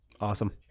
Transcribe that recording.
Awesome